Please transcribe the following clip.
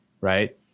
Right